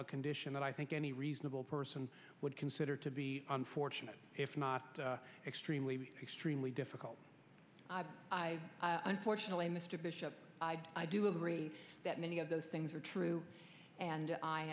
a condition that i think any reasonable person would consider to be unfortunate if not extremely extremely difficult i unfortunately mr bishop i do agree that many of those things are true and i